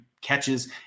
catches